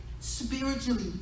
spiritually